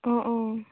অঁ অঁ